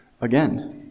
again